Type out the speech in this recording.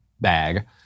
bag